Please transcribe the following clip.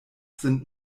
sind